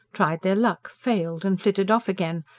tried their luck, failed, and flitted off again,